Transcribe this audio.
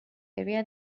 area